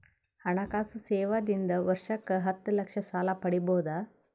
ಹಣಕಾಸು ಸೇವಾ ದಿಂದ ವರ್ಷಕ್ಕ ಹತ್ತ ಲಕ್ಷ ಸಾಲ ಪಡಿಬೋದ?